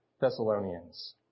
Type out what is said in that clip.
Thessalonians